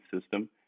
system